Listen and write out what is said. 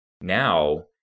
now